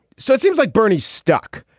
so it seems like bernie stuck.